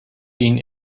been